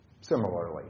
Similarly